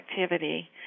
activity